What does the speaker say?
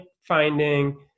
finding